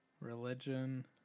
religion